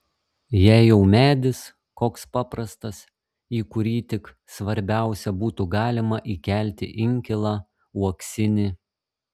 jei jau medis koks paprastas į kurį tik svarbiausia būtų galima įkelti inkilą uoksinį